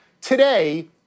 Today